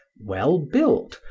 well-built,